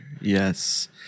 Yes